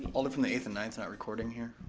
alder from the eighth and ninth not recording here.